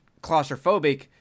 claustrophobic